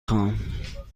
خواهم